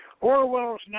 Orwell's